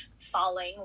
falling